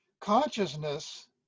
consciousness